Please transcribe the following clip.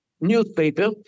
newspaper